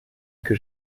que